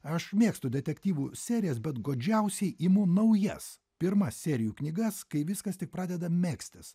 aš mėgstu detektyvų serijas bet godžiausiai imu naujas pirmas serijų knygas kai viskas tik pradeda megztis